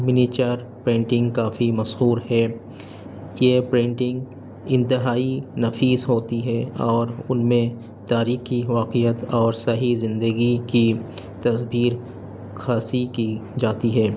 miniature painting کافی مشہور ہے یہ پینٹنگ انتہائی نفیس ہوتی ہے اور ان میں تاریخی واقعات اور صحیح زندگی کی تصویر کشی کی جاتی ہے